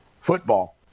football